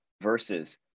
versus